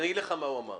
אני אגיד לך מה הוא אמר.